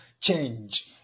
change